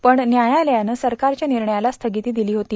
पण न्यायालयानं सरकारच्या निर्णयाला स्थगिती दिली होती